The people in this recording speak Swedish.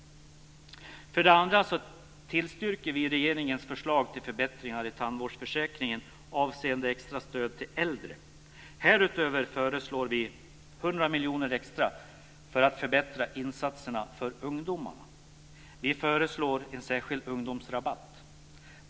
2. Vi tillstyrker regeringens förslag till förbättringar i tandvårdsförsäkringen avseende extra stöd till äldre. Härutöver föreslår vi 100 miljoner kronor extra för att förbättra insatserna för ungdomarna. Vi föreslår en särskild ungdomsrabatt.